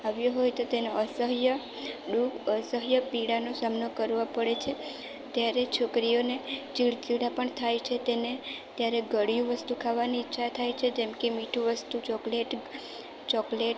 આવ્યો હોય તો તેને અસહ્ય દુઃખ અસહ્ય પીડાનો સામનો કરવો પડે છે ત્યારે છોકરીઓને ચીડચીડા પણ થાય છે તેને ત્યારે ગળ્યું વસ્તુ ખાવાની ઈચ્છા થાય છે જેમ કે મીઠું વસ્તુ ચોકલેટ ચોકલેટ